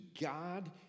God